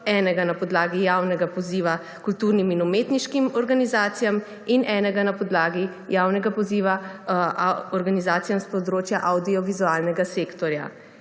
podlagi na podlagi javnega poziva kulturnim in umetniškim organizacijam in enega na podlagi javnega poziva organizacijam s področja avdiovizualnega sektorja,